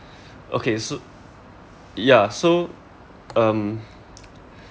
okay so ya so um